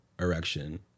erection